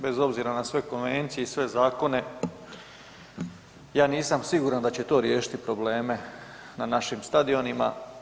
Bez obzira na sve konvencije i sve zakone, ja nisam siguran da će to riješiti probleme na našim stadionima.